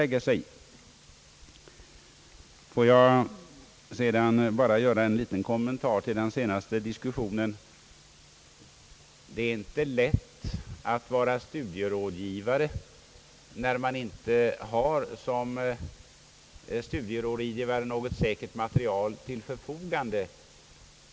Får jag sedan bara göra en liten kommentar till den senast förda diskussionen. Det är inte lätt att vara studierådgivare när man inte har något säkert material till förfogande.